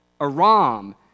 Aram